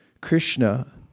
Krishna